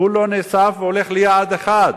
כולו נאסף והולך ליעד אחד.